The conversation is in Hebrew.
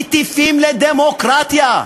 מטיפים לדמוקרטיה,